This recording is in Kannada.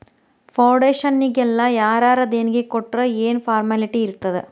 ಫೌಡೇಷನ್ನಿಗೆಲ್ಲಾ ಯಾರರ ದೆಣಿಗಿ ಕೊಟ್ರ್ ಯೆನ್ ಫಾರ್ಮ್ಯಾಲಿಟಿ ಇರ್ತಾದ?